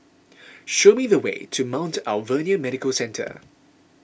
show me the way to Mount Alvernia Medical Centre